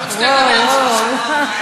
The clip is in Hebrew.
וואו, וואו.